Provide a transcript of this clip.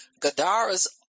Gadara's